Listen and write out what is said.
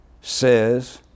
says